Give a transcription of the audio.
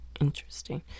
Interesting